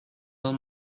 los